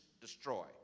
destroy